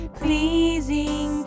pleasing